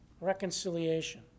reconciliation